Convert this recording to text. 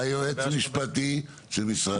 היועץ המשפטי של משרד הפנים.